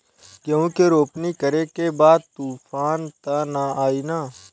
गेहूं के रोपनी करे के बा तूफान त ना आई न?